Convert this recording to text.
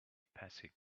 passing